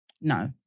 No